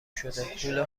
شده، پول